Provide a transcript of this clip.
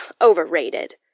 Overrated